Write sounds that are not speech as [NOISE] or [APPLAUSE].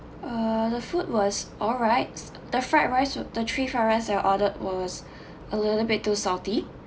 uh the food was all rights the fried rice were the three fried rice that I ordered was [BREATH] a little bit too salty